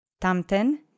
Tamten